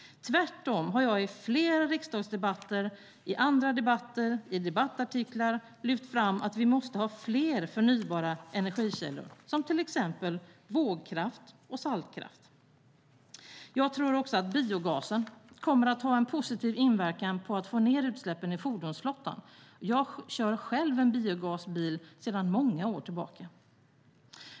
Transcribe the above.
Tvärtom har jag i flera riksdagsdebatter, i andra debatter och i debattartiklar lyft fram att vi måste ha fler förnybara energikällor, som till exempel vågkraft och saltkraft. Jag tror också att biogasen kommer att ha en positiv inverkan på att få ned utsläppen i fordonsflottan. Jag kör själv en biogasbil sedan många år tillbaka.